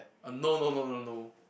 oh no no no no no